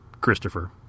Christopher